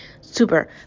super